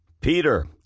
Peter